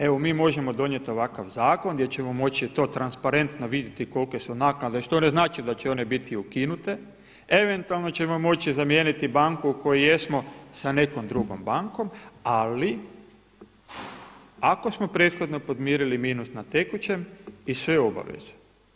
Evo mi možemo donijeti ovakav zakon gdje ćemo moći to transparentno vidjeti kolike su naknade, što ne znači da će one biti ukinute, eventualno ćemo moći zamijeniti banku u kojoj jesmo sa nekom drugom bankom ali ako smo prethodno podmirili minus na tekućem i sve obaveze.